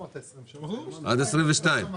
יש לי שאלה,